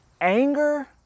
anger